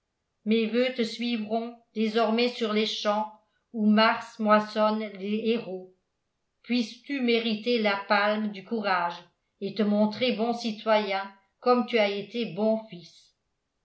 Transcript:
mes voeux te suivront désormais sur les champs où mars moissonne les héros puisses-tu mériter la palme du courage et te montrer bon citoyen comme tu as été bon fils